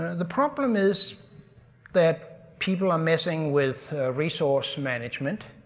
and the problem is that people are messing with resource management,